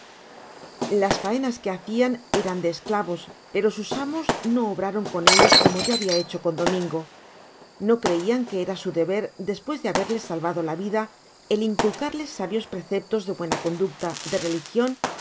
las faenas que hacian eran de esclavos pero sus amos no obraron con ellos como yo habia hecho con domiago no creian que eran de su deber despues de haberles salvado la vida el inculcarles sábios preceptos de buena conducta de religion y